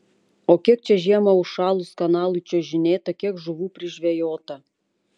o kiek čia žiemą užšalus kanalui čiuožinėta kiek žuvų prižvejota